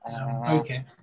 okay